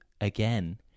again